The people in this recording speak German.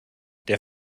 der